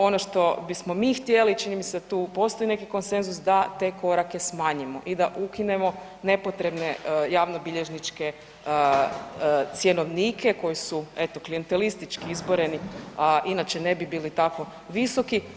Ono što bismo mi htjeli čini mi se da postoji tu neki konsenzus da ta korake smanjimo i da ukinemo nepotrebne javnobilježničke cjenovnike koji su eto klijentelistički izboreni, a inače ne bi bili tako visoki.